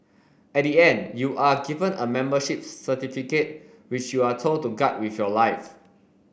at the end you are given a membership certificate which you are told to guard with your life